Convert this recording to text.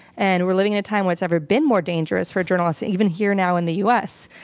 and we're living in a time what's never been more dangerous for journalists, even here now in the u. s.